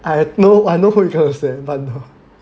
I know I know who you trying to say